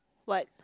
what